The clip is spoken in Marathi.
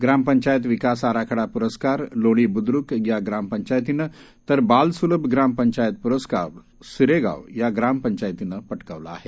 ग्रामपंचायत विकास आराखडा पुरस्कार लोणी बुद्रुक या ग्रामपंचायतीनं तर बालसुलभ ग्रामपंचायत पुरस्कार सिरेगाव या ग्रामपंचायतीनं पटकावला आहे